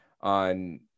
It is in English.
on